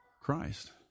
Christ